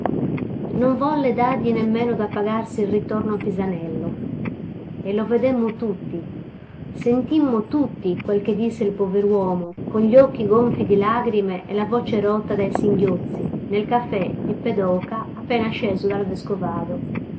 non volle dargli nemmeno da pagarsi il ritorno a pisanello e lo vedemmo tutti sentimmo tutti quel che disse il pover uomo con gli occhi gonfi di lagrime e la voce rotta dai singhiozzi nel caffè di pedoca appena sceso dal vescovado